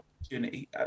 opportunity